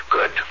Good